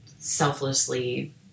Selflessly